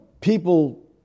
people